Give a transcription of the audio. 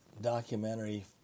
documentary